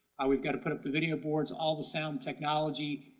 we've got to put up the video boards, all the sound technology,